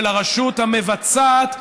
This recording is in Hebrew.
של הרשות המבצעת,